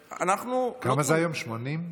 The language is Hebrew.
אנחנו, כמה זה היום, 80?